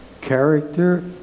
character